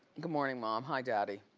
good morning mom, hi daddy.